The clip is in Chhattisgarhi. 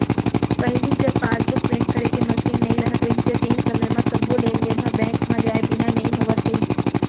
पहिली जब पासबुक प्रिंट करे के मसीन नइ रहत रहिस तेन समय म सबो लेन देन ह बेंक म जाए बिना नइ होवत रहिस